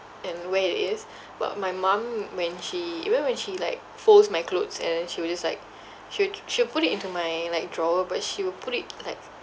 and where it is but my mum when she even when she like folds my clothes and then she will just like she would she will put it into my like drawer but she will put it like